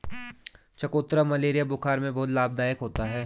चकोतरा मलेरिया बुखार में बहुत लाभदायक होता है